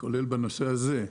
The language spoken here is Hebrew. כולל בנושא הזה.